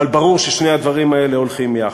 אבל ברור ששני הדברים האלה הולכים יחד.